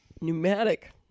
Pneumatic